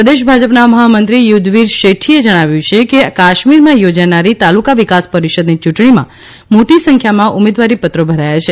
પ્રદેશ ભાજપના મહામંત્રી યુધવીર શેઠીએ જણાવ્યું છે કે કાશ્મીરમાં યોજાનારી તાલુકા વિકાસ પરિષદની ચૂંટણીમાં મોટી સંખ્યામાં ઉમેદવારીપત્રો ભરાયાં છે